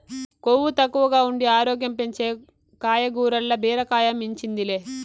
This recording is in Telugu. కొవ్వు తక్కువగా ఉండి ఆరోగ్యం పెంచే కాయగూరల్ల బీరకాయ మించింది లే